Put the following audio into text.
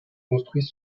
construits